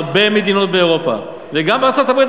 בהרבה מדינות באירופה וגם בארצות-הברית